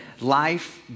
life